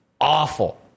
awful